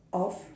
of